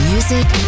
Music